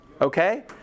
Okay